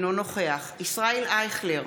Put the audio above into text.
אינו נוכח ישראל אייכלר,